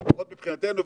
לפחות מבחינתנו,